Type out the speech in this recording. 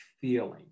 feeling